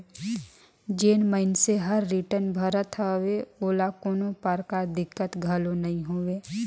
जेन मइनसे हर रिटर्न भरत हवे ओला कोनो परकार दिक्कत घलो नइ होवे